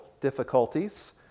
difficulties